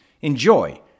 Enjoy